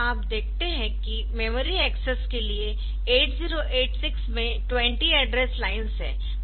आप देखते है कि मेमोरी एक्सेस के लिए 8086 में 20 एड्रेस लाइन्स है